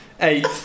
Eight